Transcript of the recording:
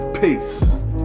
Peace